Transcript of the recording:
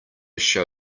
show